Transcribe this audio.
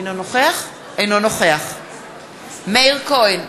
אינו נוכח מאיר כהן,